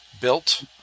built